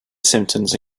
symptoms